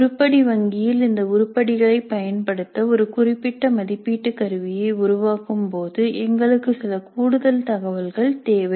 உருப்படி வங்கியில் இந்த உருப்படிகளை பயன்படுத்த ஒரு குறிப்பிட்ட மதிப்பீட்டு கருவியை உருவாக்கும் போது எங்களுக்கு சில கூடுதல் தகவல்கள் தேவை